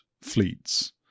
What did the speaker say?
fleets